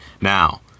Now